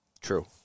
True